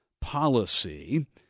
policy